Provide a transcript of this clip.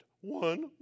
one